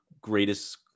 greatest